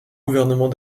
gouvernement